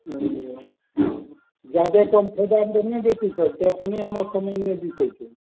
रुकि जाउ जादे कम फैदामे तऽ नहि बेचै छहक तेँ तऽ नहि हमर समान नहि बिकै छै